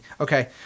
Okay